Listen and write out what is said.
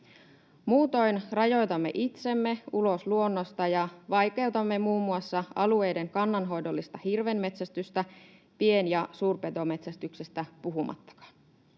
Muutoin rajoitamme itsemme ulos luonnosta ja vaikeutamme muun muassa alueiden kannanhoidollista hirvenmetsästystä, pien- ja suurpetometsästyksestä puhumattakaan.